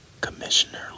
Commissioner